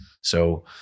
So-